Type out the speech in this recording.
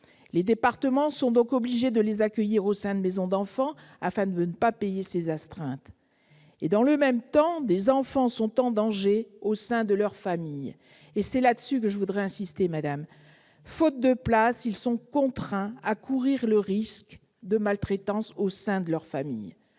Les départements sont donc obligés de les accueillir au sein de maisons d'enfants, afin de ne pas payer ces astreintes. Dans le même temps, des enfants sont en danger au sein de leur famille- j'insiste sur ce point. Faute de place, ils sont contraints de courir le risque de maltraitance au sein de leur famille.